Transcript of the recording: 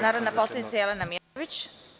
Narodna poslanica Jelena Mijatović.